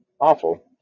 awful